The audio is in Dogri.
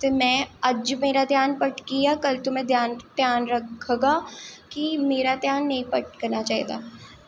ते में अज्ज मेरा ध्यान भटकिया कल्ल तो मेरा ध्यान रखगा कि मेरा ध्यान नेईं भटकना चाहिदा